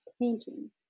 painting